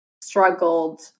struggled